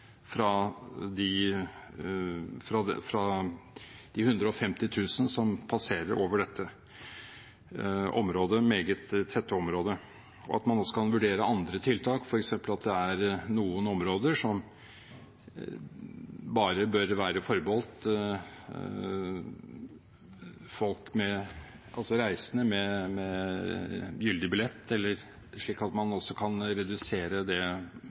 fra de 150 000 som passerer over dette meget tette området, og at man også kan vurdere andre tiltak, f.eks. at det er noen områder som bare bør være forbeholdt reisende med gyldig billett, slik at man også kan redusere det